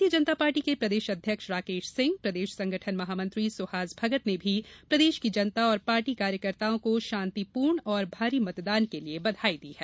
भारतीय जनता पार्टी के प्रदेश अध्यक्ष राकेश सिंह प्रदेश संगठन महामंत्री सुहास भगत ने भी प्रदेश की जनता और पार्टी कार्यकर्ताओं को शांतिपूर्ण और भारी मतदान के लिए बधाई दी है